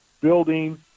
building